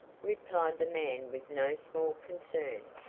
replied the man with no small concern.